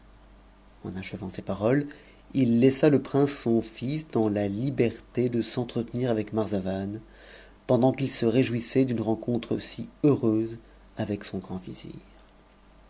en achevant ces paroles il laissa le prince son fils dans la liberté de s'entretenir avec marzavan pendant qu'il se réjouissait d'une rencontre si heureuse avec son grand